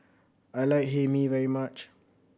I like Hae Mee very much